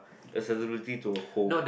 accessibility to a home